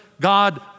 God